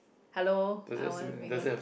hello I want bigger